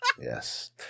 Yes